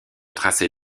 tracé